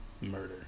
murder